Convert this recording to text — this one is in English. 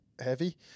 heavy